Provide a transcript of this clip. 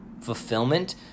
fulfillment